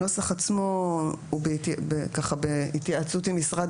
הנוסח עצמו הוא בהתייעצות עם משרד